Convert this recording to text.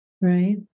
right